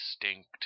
distinct